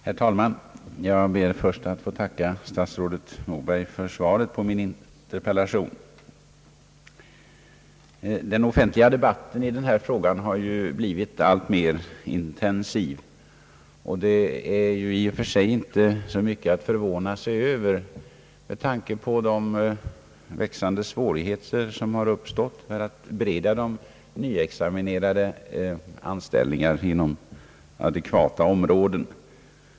Herr talman! Jag ber först att få tacka statsrådet Moberg för svaret på min interpellation. Den offentliga debatten i denna fråga har ju blivit alltmer intensiv. Detta är i och för sig inte så mycket att förvåna sig över med tanke på de växande svårigheter som uppstått att bereda de nyexaminerade anställningar inom adekvata områden.